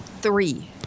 three